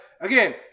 again